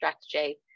strategy